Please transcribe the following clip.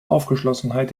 aufgeschlossenheit